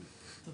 בסדר.